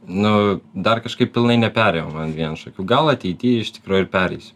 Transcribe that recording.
nu dar kažkaip pilnai neperėjom ant vienšakių gal ateity iš tikrųjų ir pereisiu